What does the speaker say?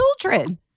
children